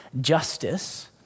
justice